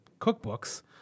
cookbooks